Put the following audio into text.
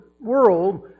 world